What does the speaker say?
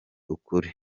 ukuri